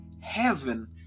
Heaven